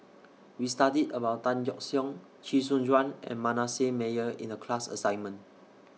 We studied about Tan Yeok Seong Chee Soon Juan and Manasseh Meyer in The class assignment